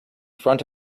front